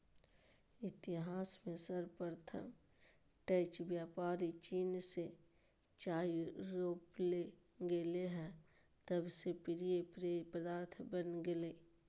इतिहास में सर्वप्रथम डचव्यापारीचीन से चाययूरोपले गेले हल तब से प्रिय पेय पदार्थ बन गेलय